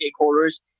stakeholders